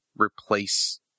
replace